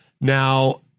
Now